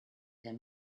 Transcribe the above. him